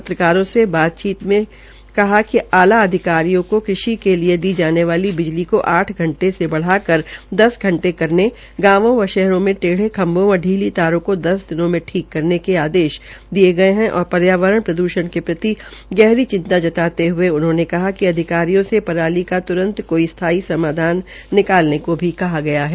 पत्रकारों से बातचीत में श्री रंजीत सिंह ने बताया कि आला अधिकारियों को कृषि के लिए दी जाने वाली बिजी को आठ घंटे से बढ़ाकर दस घंटे करने गांवों व शहरों में टेढ़े खम्बों व शीली तारों को दस दिनों में ठीक करने के आदेश दिये और पर्यावरण प्रद्यषण के प्रति गहरी चिंता व्यक्त करते हये कहा कि अधिकारियों से पराली का त्रंत कोई स्थाई समाधन निकालने को भी कहा गया है